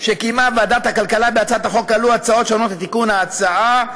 שקיימה ועדת הכלכלה בהצעת החוק עלו הצעות שונות לתיקון ההצעה,